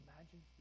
imagine